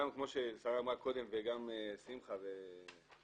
גם כמו ששרי אמרה קודם וגם שמחה וטלי,